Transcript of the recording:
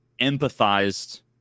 empathized